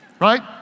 right